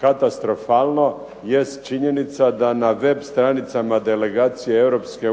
katastrofalno jest činjenica da na web stranicama Delegacije Europske